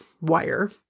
wire